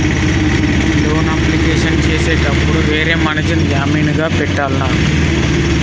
Loan application చేసేటప్పుడు వేరే మనిషిని జామీన్ గా పెట్టాల్నా?